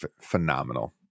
phenomenal